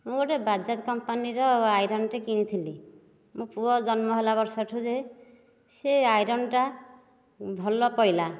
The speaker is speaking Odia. ମୁଁ ଗୋଟେ ବାଜାଜ୍ କମ୍ପାନୀ ର ଆଇରନ ଟେ କିଣିଥିଲି ମୋ ପୁଅ ଜନ୍ମ ହେଲା ବର୍ଷଠୁ ଯେ ସେ ଆଇରନ ଟା ଭଲ ପଇଲା